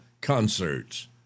concerts